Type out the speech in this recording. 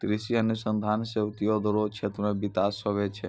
कृषि अनुसंधान से उद्योग रो क्षेत्र मे बिकास हुवै छै